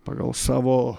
pagal savo